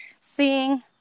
seeing